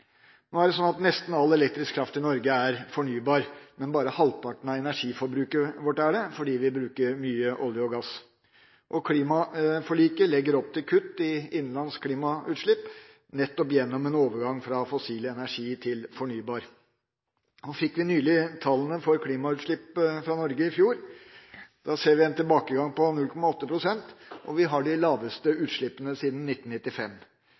Det er slik at nesten all elektrisk kraft i Norge er fornybar, men bare halvparten av energiforbruket vårt er det, fordi vi bruker mye olje og gass. Klimaforliket legger opp til kutt i innenlands klimautslipp nettopp gjennom en overgang fra fossil til fornybar energi. Vi fikk nylig tallene for klimautslipp fra Norge i fjor. Der ser vi en tilbakegang på 0,8 pst. fra året før, og vi har de laveste utslippene siden 1995.